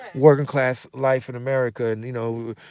working class life in america. and you know,